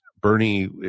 bernie